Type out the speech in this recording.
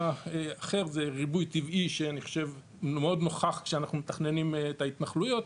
זה ריבוי טבעי שאני חושב שהוא מאוד נוכח כשאנחנו מתכננים את ההתנחלויות,